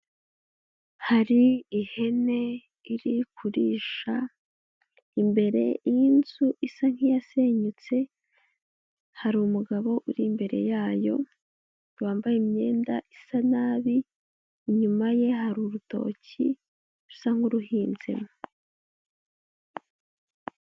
Hari ihene iri kurisha imbere y'inzu isa nk'iyasenyutse, hari umugabo uri imbere yayo wambaye imyenda isa nabi, inyuma ye hari urutoki rusa nk'uruhinzemo.